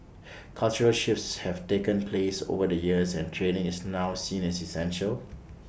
cultural shifts have taken place over the years and training is now seen as essential